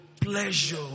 pleasure